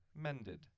Mended